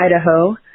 Idaho